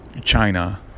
China